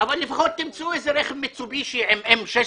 אבל לפחות תמצאו איזה רכב מיצובישי עם M-16,